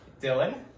Dylan